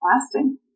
lasting